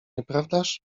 nieprawdaż